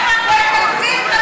תקציב,